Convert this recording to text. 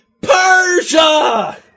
Persia